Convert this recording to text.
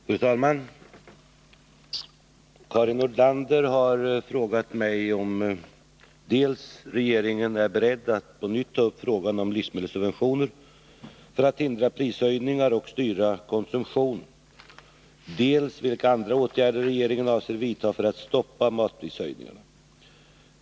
Fru talman! Karin Nordlander har frågat mig dels om regeringen är beredd att på nytt ta upp frågan om livsmedelssubventioner för att hindra prishöjningar och styra konsumtionen, dels vilka andra åtgärder regeringen avser vidta för att stoppa matprishöjningarna.